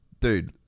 dude